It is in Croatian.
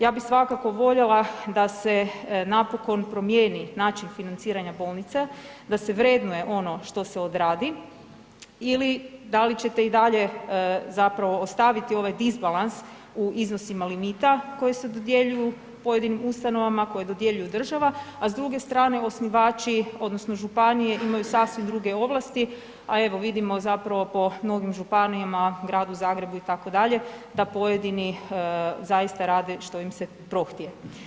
Ja bi svakako voljela da se napokon promijeni način financiranja bolnice, da se vrednuje ono što se odradi ili da li ćete i dalje zapravo ostaviti ovaj disbalans u iznosima limita koji se dodjeljuju pojedinim ustanovama, koje dodjeljuje država a s druge strane osnivači odnosno županije imaju sasvim druge ovlasti a evo vidimo zapravo po mnogim županijama, gradu Zagrebu itd., da pojedini zaista rade što im se prohtije.